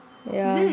ya